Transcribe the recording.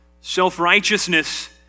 Self-righteousness